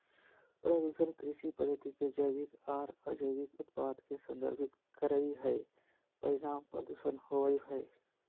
प्रदूषण कृषि पद्धति के जैविक आर अजैविक उत्पाद के संदर्भित करई हई, परिणाम प्रदूषण होवई हई